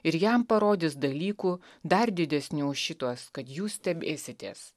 ir jam parodys dalykų dar didesnių už šituos kad jūs stebėsitės